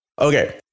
Okay